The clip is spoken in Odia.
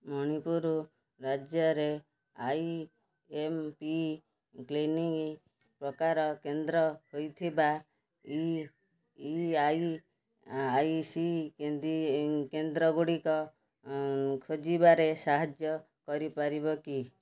ମଣିପୁର ରାଜ୍ୟରେ ଆଇ ଏମ୍ ପି କ୍ଲିନିକ୍ ପ୍ରକାର କେନ୍ଦ୍ର ହୋଇଥିବା ଇ ଇ ଆଇ ସି କେନ୍ଦ୍ରଗୁଡ଼ିକ ଖୋଜିବାରେ ସାହାଯ୍ୟ କରିପାରିବ କି